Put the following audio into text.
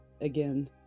again